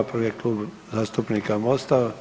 Prvi je Klub zastupnika MOST-a.